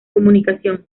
comunicación